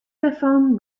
dêrfan